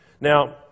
Now